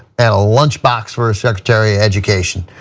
and a lunchbox for a secretary of education.